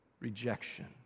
rejection